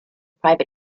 private